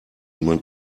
niemand